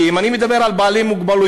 כי אם אני מדבר על בעלי מוגבלות,